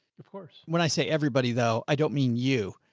of course. when i say everybody though, i don't mean you.